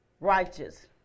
Righteous